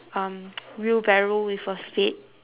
um wheelbarrow with a spade